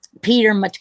Peter